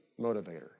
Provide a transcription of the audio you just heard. motivator